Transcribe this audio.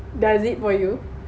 does it for you